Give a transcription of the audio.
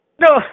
no